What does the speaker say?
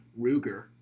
Ruger